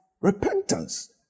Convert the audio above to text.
repentance